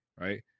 right